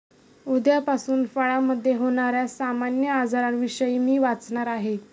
उद्यापासून फळामधे होण्याऱ्या सामान्य आजारांविषयी मी वाचणार आहे